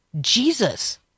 Jesus